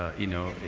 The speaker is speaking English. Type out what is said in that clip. ah you know,